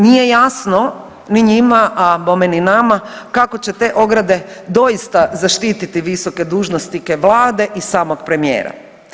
Nije jasno ni njima, a bome ni nama kako će te ograde doista zaštititi visoke dužnosnike vlade i samog premijera.